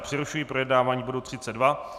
Přerušuji projednávání bodu 32.